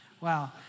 Wow